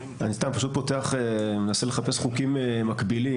אני סתם פשוט פותח, מנסה לחפש חוקים מקבילים.